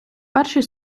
перший